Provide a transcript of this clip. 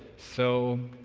so,